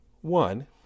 One